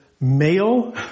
male